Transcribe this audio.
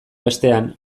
bestean